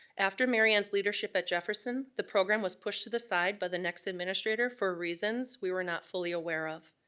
after mary ann's leadership at jefferson, the program was pushed to the side by the next administrator for reasons were not fully aware of.